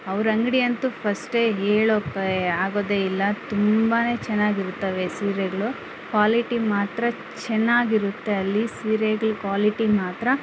ಅವ್ರ ಅಂಗಡಿ ಅಂತು ಫಸ್ಟೇ ಹೇಳೋಕ್ಕೆ ಆಗೋದೇ ಇಲ್ಲ ತುಂಬಾನೇ ಚೆನ್ನಾಗಿರುತ್ವೆ ಸೀರೆಗಳು ಕ್ವಾಲಿಟಿ ಮಾತ್ರ ಚೆನ್ನಾಗಿರುತ್ತೆ ಅಲ್ಲಿ ಸೀರೆಗಳ ಕ್ವಾಲಿಟಿ ಮಾತ್ರ